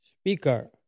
speaker